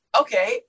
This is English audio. okay